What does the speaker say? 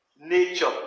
nature